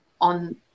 on